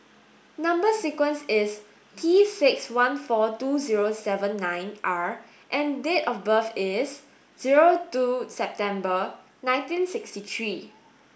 number sequence is T six one four two zero seven nine R and date of birth is zero two September nineteen sixty three